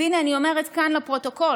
והינה, אני אומרת כאן לפרוטוקול: